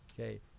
okay